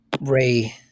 Ray